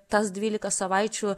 tas dvylika savaičių